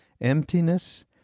emptiness